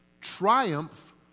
triumph